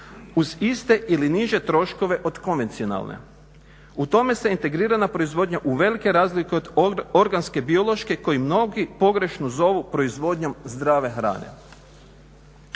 uz iste ili niže troškove od konvencionalne. U tome se integrirana proizvodnja uvelike razlikuje od organske biološke koju mnogi pogrešno zovu proizvodnjom zdrave hrane.